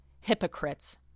hypocrites